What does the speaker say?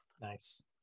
Nice